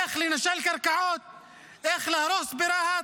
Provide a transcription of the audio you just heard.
איך לנשל קרקעות, איך להרוס ברהט,